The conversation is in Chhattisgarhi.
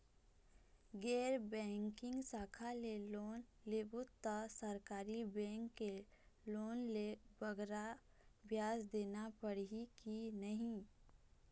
गैर बैंकिंग शाखा ले लोन लेबो ता सरकारी बैंक के लोन ले बगरा ब्याज देना पड़ही ही कि नहीं?